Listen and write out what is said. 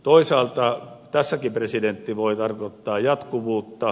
toisaalta tässäkin presidentti voi tarkoittaa jatkuvuutta